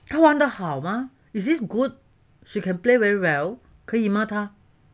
他玩得好吗 is it good she can play very well 可以吗他